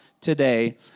today